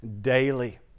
daily